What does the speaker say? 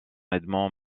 edmond